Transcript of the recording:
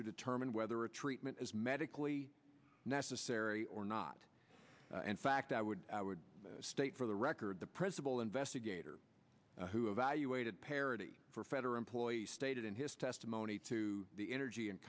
to determine whether a treatment is medically necessary or not in fact i would state for the record the principal investigator who evaluated parity for federal employees stated in his testimony to the energy and